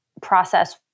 process